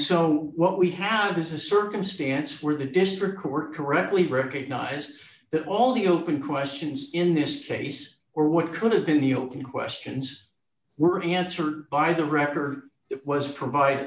so what we have is a circumstance where the district court correctly recognized that all the open questions in this case or what could have been the open questions were answered by the record it was provide